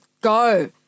go